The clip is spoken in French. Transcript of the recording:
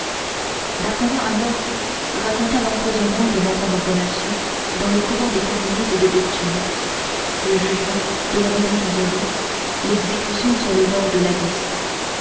d'artagnan alors raconta l'empoisonnement de mme bonacieux dans le couvent des carmélites de béthune le jugement de la maison isolée l'exécution sur les bords de la lys